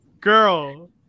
girl